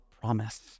promise